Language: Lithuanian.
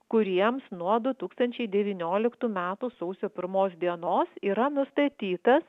kuriems nuo du tūkstančiai devynioliktų metų sausio pirmos dienos yra nustatytas